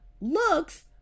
looks